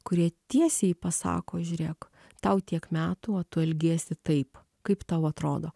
kurie tiesiai pasako žiūrėk tau tiek metų o tu elgiesi taip kaip tau atrodo